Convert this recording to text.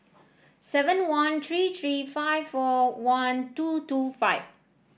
seven one three three five four one two two five